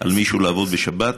על מישהו לעבוד בשבת,